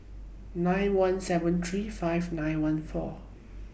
nine one seven three five nine one four